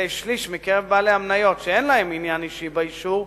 שליש מקרב בעלי המניות שאין להם עניין אישי באישור,